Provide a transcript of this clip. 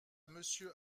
monsieur